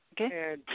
Okay